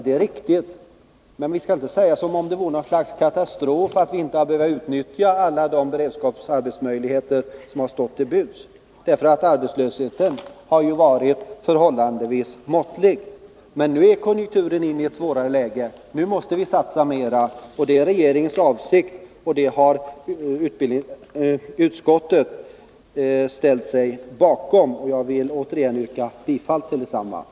Det är riktigt, men vi skall väl inte se det som något slags katastrof att vi inte har behövt utnyttja alla de möjligheter till beredskapsarbete som stått till buds. Arbetslösheten har ju varit förhållandevis måttlig, men nu är konjunkturen på väg in i ett besvärligt läge. Nu måste vi satsa mer. Det är regeringens avsikt, och det har utskottet ställt sig bakom. Jag vill återigen yrka bifall till utskottets hemställan.